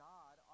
God